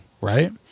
Right